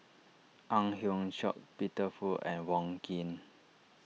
Ang Hiong Chiok Peter Fu and Wong Keen